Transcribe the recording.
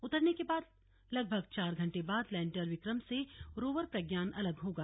उतरने के लगभग चार घंटे बाद लैंडर विक्रम से रोवर प्रज्ञान अलग होगा